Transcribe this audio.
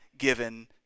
given